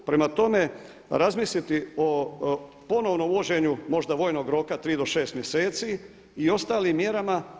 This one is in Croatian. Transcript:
Prema tome, razmisliti o ponovnom uvođenju možda vojnog roka 3 do 6 mjeseci i ostalim mjerama.